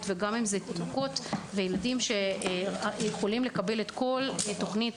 וגם אם מדובר בתינוקות וילדים שיכולים לקבל את כל תוכנית